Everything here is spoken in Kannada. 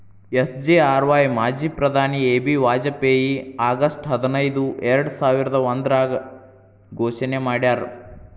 ಎಸ್.ಜಿ.ಆರ್.ವಾಯ್ ಮಾಜಿ ಪ್ರಧಾನಿ ಎ.ಬಿ ವಾಜಪೇಯಿ ಆಗಸ್ಟ್ ಹದಿನೈದು ಎರ್ಡಸಾವಿರದ ಒಂದ್ರಾಗ ಘೋಷಣೆ ಮಾಡ್ಯಾರ